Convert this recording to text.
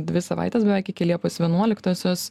dvi savaitės beveik iki liepos vienuoliktosios